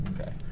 Okay